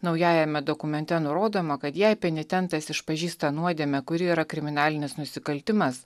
naujajame dokumente nurodoma kad jei penitentas išpažįsta nuodėmę kuri yra kriminalinis nusikaltimas